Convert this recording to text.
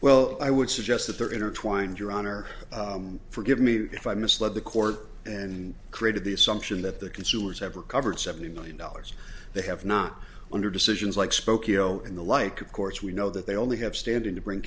well i would suggest that they're intertwined your honor forgive me if i misled the court and created the assumption that the consumers have recovered seventy million dollars they have not under decisions like spokeo and the like of course we know that they only have standing to bring